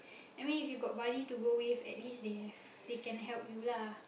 I mean if you got buddy to go with at least they have they can help you lah